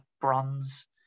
bronze